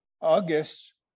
August